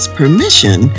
permission